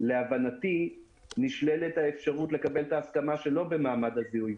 להבנתי נשללת האפשרות לקבל את ההסכמה שלא במעמד הזיהוי.